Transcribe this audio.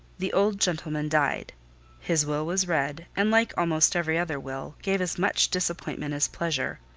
the old gentleman died his will was read, and like almost every other will, gave as much disappointment as pleasure.